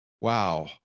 wow